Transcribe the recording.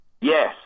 Yes